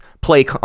play